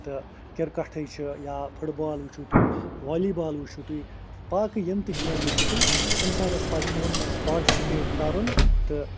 تہٕ کِرکَٹٕے چھِ یا فُٹ بال وٕچھُو تُہۍ والی بال وٕچھُو تُہۍ باقٕے یِم تہِ گیم وٕچھُو تُہۍ اِنسانَس پَزِ یِمَن منٛز پاٹِسِپیٹ کَرُن تہٕ